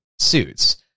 Suits